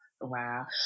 Wow